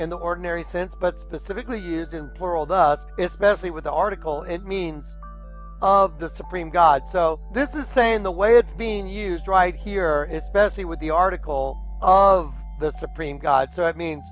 in the ordinary sense but specifically used in the world us especially with the article it means of the supreme god so this is saying the way it's being used right here especially with the article of the supreme god so it means